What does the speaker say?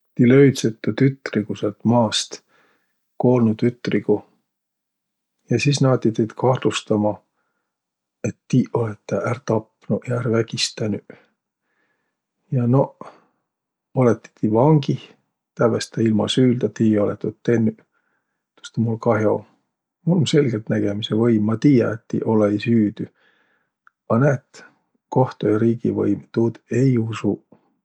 Ti löüdset tuu tütrigu säält maast, koolnu tütrigu, ja sis naati teid kahtlustama, et tiiq olõt tä ärq tapnuq ja ärq vägistänüq. Ja noq olõti ti vangih, tävveste ilma süüldä, ti ei olõq tuud tennüq, Tuust um mul kah'o. Mul um selgeltnägemise võim, ma tiiä, et ti olõ-õi süüdü. A näet, kohto- ja riigivõim tuud ei usuq.